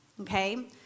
Okay